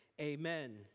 Amen